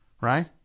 Right